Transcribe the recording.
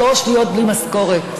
שלושה להיות בלי משכורת,